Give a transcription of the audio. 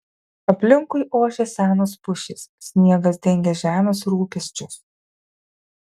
aplinkui ošė senos pušys sniegas dengė žemės rūpesčius